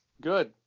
Good